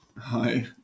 Hi